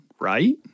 right